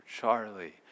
Charlie